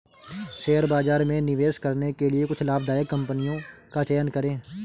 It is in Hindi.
शेयर बाजार में निवेश करने के लिए कुछ लाभदायक कंपनियों का चयन करें